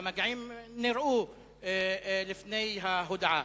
והמגעים נראו לפני ההודעה.